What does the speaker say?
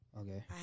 Okay